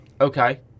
Okay